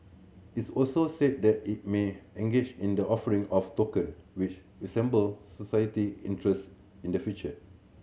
its also said that it may engage in the offering of token which resemble society interest in the future